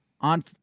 on